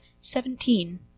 Seventeen